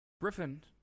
Griffin